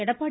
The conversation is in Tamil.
எடப்பாடி